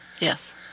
Yes